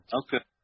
okay